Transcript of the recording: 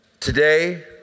Today